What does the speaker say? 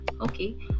okay